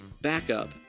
Backup